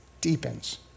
deepens